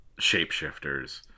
shapeshifters